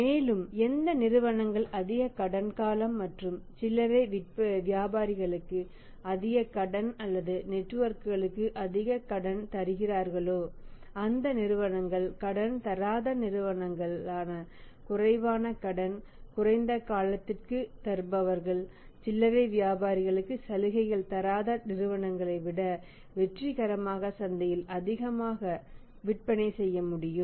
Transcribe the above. மேலும் எந்த நிறுவனங்கள் அதிக கடன் காலம் மற்றும் சில்லறை வியாபாரிகளுக்கு அதிக கடன் அல்லது நெட்வொர்க்குகளுக்கு அதிக கடன் தருகிறார்களோ அந்த நிறுவனங்கள் கடன் தராத நிறுவனங்கள் குறைவான கடன் குறைந்த காலத்திற்கு தருபவர்கள் சில்லறை வியாபாரிகளுக்கு சலுகைகள் தராத நிறுவனங்களைவிட வெற்றிகரமாக சந்தையில் அதிகமாக விற்பனை செய்ய முடியும்